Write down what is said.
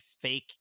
fake